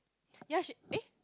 yea she eh